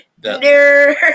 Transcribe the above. Nerd